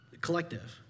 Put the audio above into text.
Collective